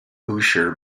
boucher